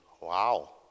Wow